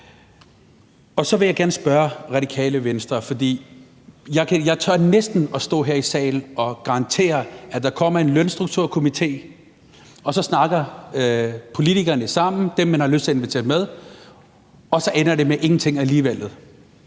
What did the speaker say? Og så vil jeg gerne spørge Radikale Venstre om noget. Jeg tør næsten at stå her i salen og garantere, at der kommer en lønstrukturkomité, og så snakker politikerne sammen, dem, man har lyst til at invitere med, og så ender det med ingenting alligevel.